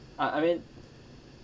I I mean